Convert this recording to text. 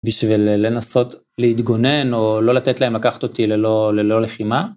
בשביל לנסות להתגונן או לא לתת להם לקחת אותי ללא לחימה.